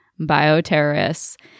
bioterrorists